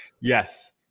Yes